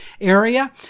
area